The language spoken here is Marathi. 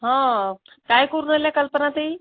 हो काय करू राहिल्या कल्पनाताई